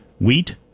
wheat